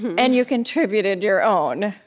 and you contributed your own,